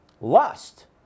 lust